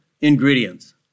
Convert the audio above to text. ingredients